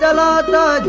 yeah la la